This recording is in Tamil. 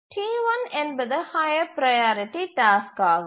T1 என்பது ஹய்யர் ப்ரையாரிட்டி டாஸ்க் ஆகும்